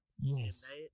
yes